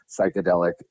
psychedelic